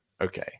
okay